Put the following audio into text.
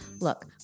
Look